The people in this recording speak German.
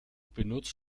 benutzt